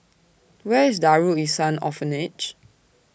Where IS Darul Ihsan Orphanage